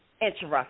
interesting